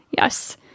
Yes